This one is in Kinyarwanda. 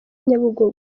nyabugogo